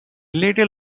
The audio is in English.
later